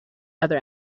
other